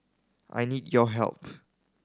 I need your help